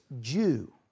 Jew